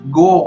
go